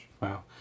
Wow